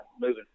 moving